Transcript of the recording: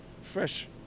fresh